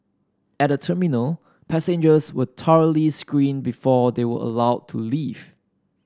at the terminal passengers were thoroughly screened before they were allowed to leave